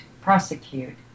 prosecute